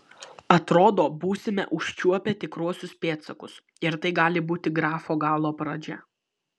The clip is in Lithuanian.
atrodo būsime užčiuopę tikruosius pėdsakus ir tai gali būti grafo galo pradžia